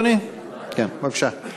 אדוני, כן, בבקשה.